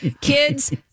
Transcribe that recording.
Kids